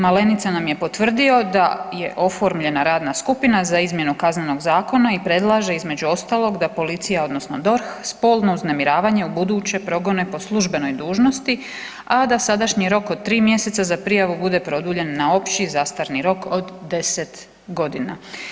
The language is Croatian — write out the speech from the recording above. Malenica nam je potvrdio da je oformljena radna skupina za izmjenu Kaznenog zakona i predlaže između ostalog da policija odnosno DORH spolno uznemiravanje ubuduće progone po službenoj dužnosti, a da sadašnji rok od tri mjeseca za prijavu bude produljen na opći zastarni rok od deset godina.